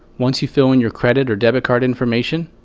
once you fill in your credit or debit card information,